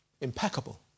impeccable